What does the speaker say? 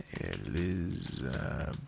elizabeth